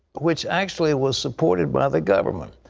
which actually was supported by the government.